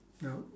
no